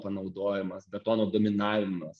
panaudojimas betono dominavimas